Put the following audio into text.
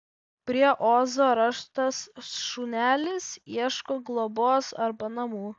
prie ozo rastas šunelis ieško globos arba namų